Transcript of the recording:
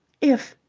if,